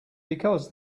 because